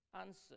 Answer